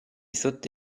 sotto